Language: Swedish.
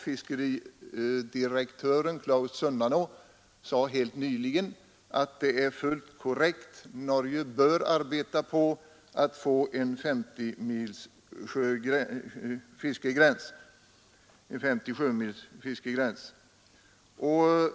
Fiskeridirektören Klaas Sunnanå sade helt nyligen att det är fullt korrekt — Norge bör arbeta på att få en 50 sjömils fiskegräns.